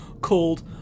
called